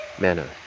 manner